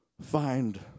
find